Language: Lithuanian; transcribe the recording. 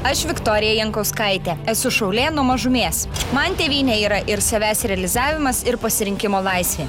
aš viktorija jankauskaitė esu šaulė nuo mažumės man tėvynė yra ir savęs realizavimas ir pasirinkimo laisvė